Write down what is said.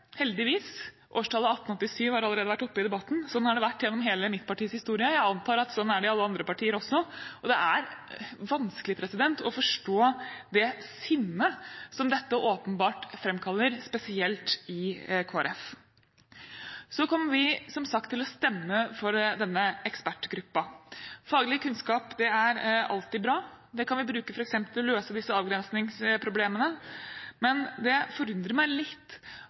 heldigvis – årstallet 1887 har allerede vært oppe i debatten – slik har det vært gjennom hele mitt partis historie, og jeg antar at slik er det i alle andre partier også. Og det er vanskelig å forstå det sinnet dette åpenbart framkaller, spesielt i Kristelig Folkeparti. Vi kommer, som sagt, til å stemme for denne ekspertgruppen. Faglig kunnskap er alltid bra. Den kan vi bruke til f.eks. å løse disse avgrensningsproblemene, men det forundrer meg litt